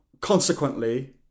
consequently